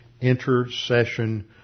intercession